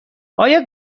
آیا